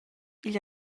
igl